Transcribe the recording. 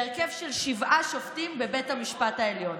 בהרכב של שבעה שופטים בבית המשפט העליון.